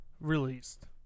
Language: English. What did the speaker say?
Released